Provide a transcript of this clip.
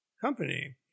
company